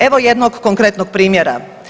Evo jednog konkretnog primjera.